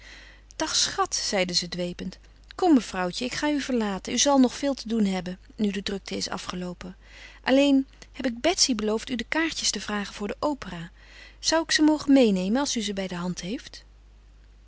dag schat zeide ze dwepend kom mevrouwtje ik ga u verlaten u zal nog veel te doen hebben nu de drukte is afgeloopen alleen heb ik betsy beloofd u de kaartjes te vragen voor de opera zou ik ze mogen meênemen als u ze bij de hand heeft